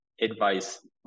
advice